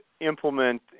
implement